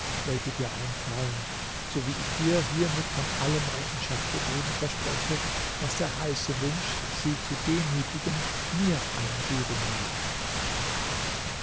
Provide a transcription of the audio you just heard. welche dir einfallen so wie ich dir hiermit von allem rechenschaft zu geben verspreche was der heiße wunsch sie zu demütigen mir eingeben mag